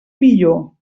millor